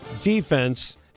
defense